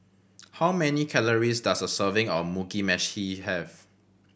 how many calories does a serving of Mugi Meshi have